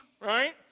right